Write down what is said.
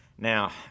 Now